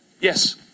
Yes